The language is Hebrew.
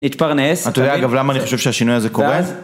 נתפרנס, אתה יודע אגב למה אני חושב שהשינוי הזה קורה? ואז...